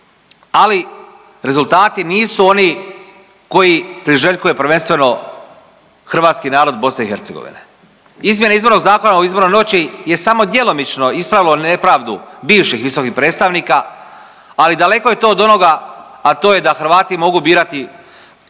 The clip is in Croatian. ali rezultati nisu oni koji priželjkuje prvenstveno hrvatski narod BiH. Izmjene izbornog zakona u izbornoj noći je samo djelomično ispravilo nepravdu bivših visokih predstavnika ali daleko je to od onoga, a to je da Hrvati mogu birati